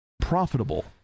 profitable